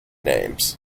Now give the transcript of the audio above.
names